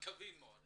מקווים מאוד.